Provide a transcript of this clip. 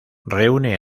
reúne